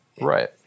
Right